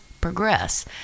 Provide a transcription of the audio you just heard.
progress